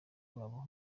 babo